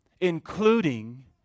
including